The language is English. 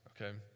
Okay